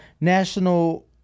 national